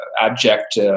abject